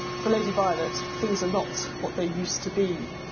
for lady violet, things are not what they used to be.